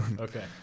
Okay